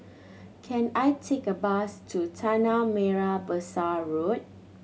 can I take a bus to Tanah Merah Besar Road